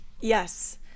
Yes